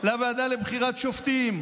לוועדה לבחירת שופטים,